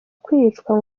kwicwa